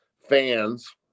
fans